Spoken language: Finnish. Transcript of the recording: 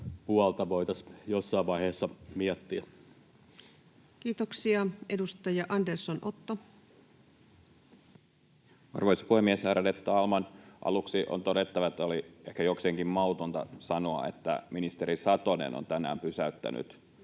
puolta voitaisiin jossain vaiheessa miettiä. Kiitoksia. — Edustaja Andersson, Otto. Arvoisa puhemies, ärade talman! Aluksi on todettava, että oli ehkä jokseenkin mautonta sanoa, että ministeri Satonen on tänään pysäyttänyt